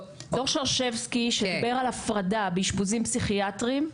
דו"ח שרשבסקי שדיבר על הפרדה באשפוזים פסיכיאטרים.